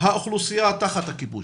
האוכלוסייה תחת הכיבוש,